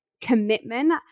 commitment